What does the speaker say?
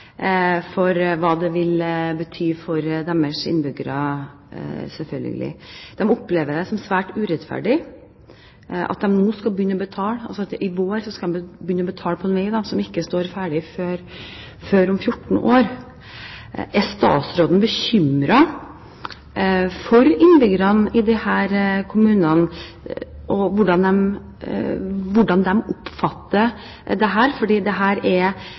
for hva det vil bety for deres innbyggere, selvfølgelig. De opplever det som svært urettferdig at de i vår skal begynne å betale på en vei som ikke står ferdig før om 14 år. Er statsråden bekymret for innbyggerne i disse kommunene, for hvordan de oppfatter dette, at de – som jeg har forståelse for – oppfatter det som en urettferdig løsning? Deler statsråden den bekymringen at vi skal ha det